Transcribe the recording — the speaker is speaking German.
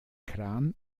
kran